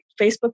Facebook